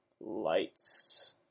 Lights